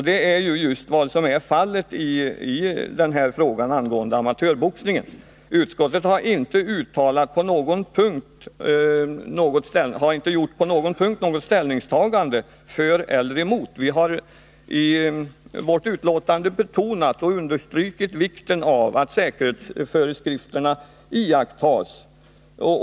Det är också det läge vi har när det gäller frågan om amatörboxningen — utskottet har inte gjort något ställningstagande för eller emot denna. Vi har i vårt betänkande understrukit vikten av att säkerhetsföreskrifterna iakttas.